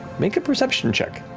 make a perception check.